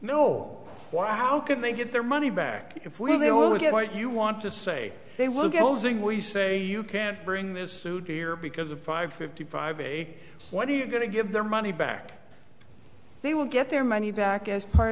why how can they get their money back if we they will get what you want to say they will get you say you can't bring this suit here because of five fifty five what are you going to give their money back they will get their money back as part